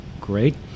great